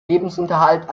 lebensunterhalt